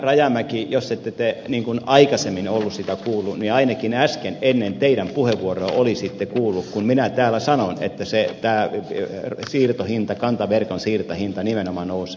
rajamäki ette aikaisemmin ollut sitä kuullut niin ainakin äsken ennen teidän puheenvuoroanne olisitte kuullut kun minä täällä sanoin että kantaverkon siirtohinta nimenomaan nousee